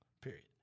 period